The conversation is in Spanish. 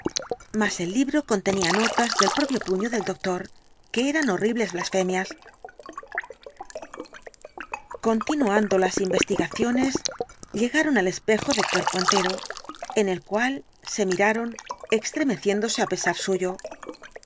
mas el libro contenía notas del propio puño del doctor que eran horribles blasfemias continuando las investigaciones llegaron al espejo de cuerpo entero en el cual se miraron extremeciéndose á pesar suyo el